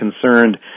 concerned